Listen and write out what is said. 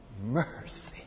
Mercy